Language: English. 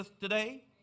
today